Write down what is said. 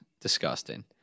Disgusting